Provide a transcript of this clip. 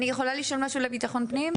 אני יכולה לשאול משהו לביטחון פנים?